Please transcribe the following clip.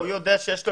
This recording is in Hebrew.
הוא יודע שיש לו